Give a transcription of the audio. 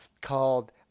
called